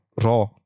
raw